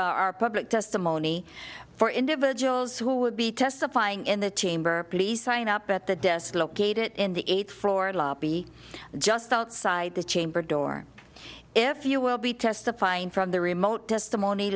our public testimony for individuals who would be testifying in the chamber please sign up at the desk located it in the eighth floor lobby just outside the chamber door if you will be testifying from the remote testimony